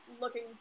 looking